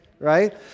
right